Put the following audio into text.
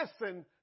listen